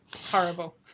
Horrible